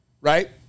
right